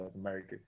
America